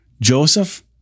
Joseph